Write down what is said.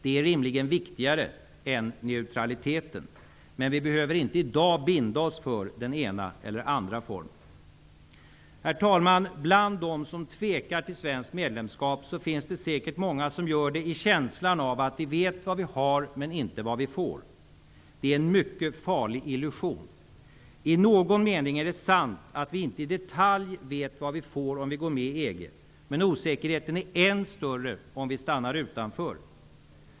Det är rimligen viktigare än neutraliteten, men vi behöver inte i dag binda oss för den ena eller andra formen. Herr talman! Bland dem som tvekar inför svenskt medlemskap finns det säkert många som gör det i känslan av att vi vet vad vi har men inte vad vi får. Det är en mycket farlig illusion. I någon mening är det sant att vi inte i detalj vet vad vi får om vi går med i EG, men osäkerheten är än större om vi stannar utanför.